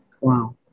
Wow